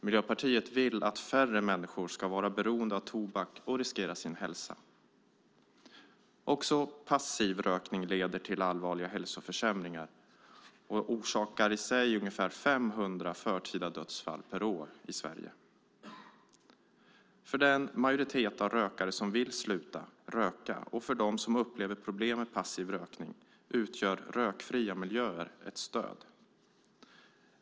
Miljöpartiet vill att färre människor ska vara beroende av tobak och riskera sin hälsa. Också passiv rökning leder till allvarliga hälsoförsämringar och orsakar i sig ungefär 500 förtida dödsfall per år i Sverige. För den majoritet av rökare som vill sluta röka och för dem som upplever problem med passiv rökning utgör rökfria miljöer ett stöd.